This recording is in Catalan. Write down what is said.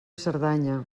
cerdanya